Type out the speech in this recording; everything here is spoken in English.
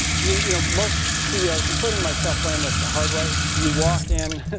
you, you know, most ceos, including myself, learn this the hard way. you walk in